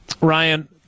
Ryan